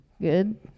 Good